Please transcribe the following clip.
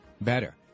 better